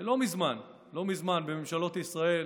לא מזמן, לא מזמן, בממשלות ישראל,